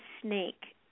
snake